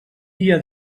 dia